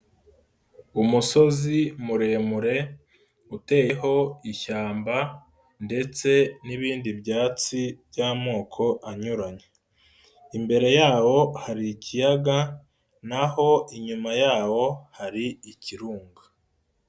Umusozi muremure uteyeho ishyamba ndetse n'ibindi byatsi by'amoko anyuranye, imbere yawo hari ikiyaga naho inyuma yawo hari ikirunga.